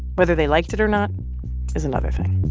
whether they liked it or not is another thing